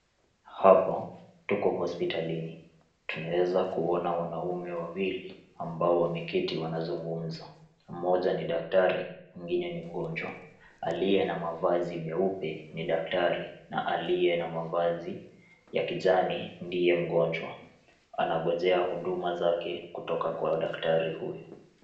Hapa tuko hospitalini. Tunaweza kuona wanaume wawili ambao wameketi wanazungumza, mmoja ni daktari mwingine ni mgonjwa. Aliye na mavazi meupe ni daktari na aliye na mavazi ya kijani ndiye mgonjwa. Anangojea huduma zake kutoka kwa daktari huyo.